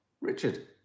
Richard